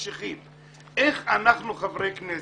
איך אנחנו, חברי הכנסת,